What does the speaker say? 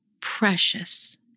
precious